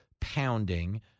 pounding